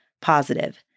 positive